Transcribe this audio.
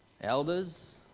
elders